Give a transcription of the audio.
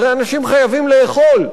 הרי אנשים חייבים לאכול.